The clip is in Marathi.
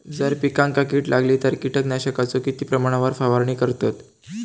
जर पिकांका कीड लागली तर कीटकनाशकाचो किती प्रमाणावर फवारणी करतत?